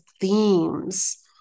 themes